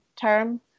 term